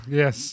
yes